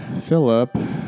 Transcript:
Philip